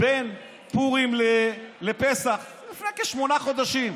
בין פורים לפסח, לפני כשמונה חודשים.